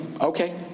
Okay